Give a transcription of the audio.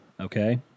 okay